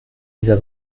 dieser